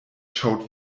schaut